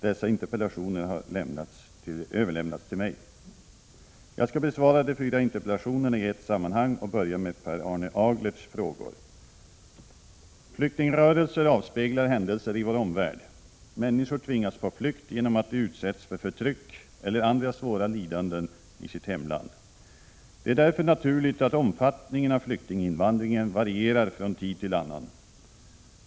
Dessa interpellationer har överlämnats till mig. Jag skall besvara de fyra interpellationerna i ett sammanhang och börjar med Per Arne Aglerts frågor. Flyktingrörelser avspeglar händelser i vår omvärld. Människor tvingas på flykt genom att de utsätts för förtryck eller andra svåra lidanden i sitt hemland. Det är därför naturligt att omfattningen av flyktinginvandringen varierar från tid till annan.